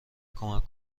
کمک